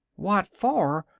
what for!